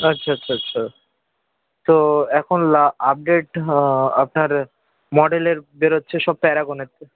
আচ্ছা আচ্ছা আচ্ছা তো এখন আপডেট আপনার মডেলের বেরোচ্ছে সব প্যারাগনের তো